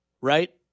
Right